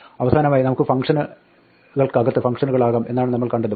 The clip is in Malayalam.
അവസാനമയി നമുക്ക് ഫംഗ്ഷനുകൾക്കകത്ത് ഫംഗ്ഷനുകളാകാം എന്നാണ് നമ്മൾ കണ്ടത്